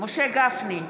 משה גפני,